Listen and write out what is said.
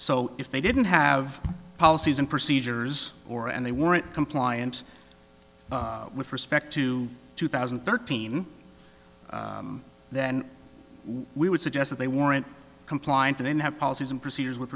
so if they didn't have policies and procedures or and they weren't compliant with respect to two thousand and thirteen then we would suggest that they weren't compliant and then have policies and procedures with